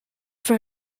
for